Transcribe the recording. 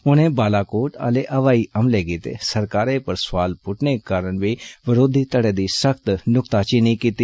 उनें बालाकोट आले हवाई हमले गितै सरकारै पर सोआल पुट्टने कारण बी विरोधी धड़े दी सख्त नुक्ताचीनी कीती